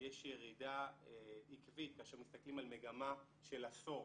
יש ירידה עקבית כאשר מסתכלים על מגמה של עשור.